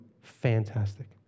fantastic